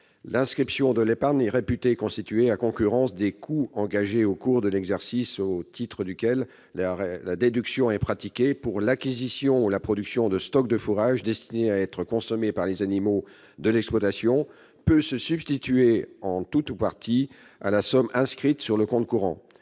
l'article 18, l'épargne réputée constituée à concurrence des coûts engagés au cours de l'exercice au titre duquel la déduction est pratiquée pour l'acquisition ou la production de stocks de fourrage destiné à être consommé par les animaux de l'exploitation puisse se substituer en tout ou partie à la somme inscrite sur le compte courant.